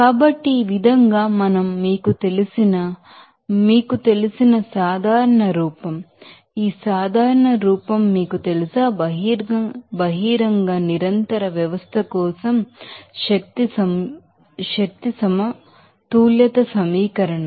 కాబట్టి ఈ విధంగా మనం మీకు తెలిసిన మీకు తెలిసిన సాధారణ రూపం ఈ సాధారణ రూపం మీకు తెలుసా బహిరంగ నిరంతర వ్యవస్థ కోసం ఎనర్జీ బాలన్స్ ఈక్వేషన్